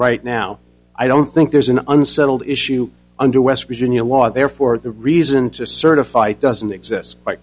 right now i don't think there's an unsettled issue under west virginia law therefore the reason to certify it doesn't exist